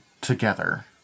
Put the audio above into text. together